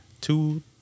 Two